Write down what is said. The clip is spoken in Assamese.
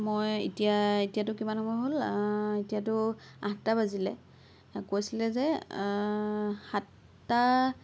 মই এতিয়া এতিয়াতো কিমান সময় হ'ল এতিয়াতো আঠটা বাজিলে কৈছিলে যে সাতটা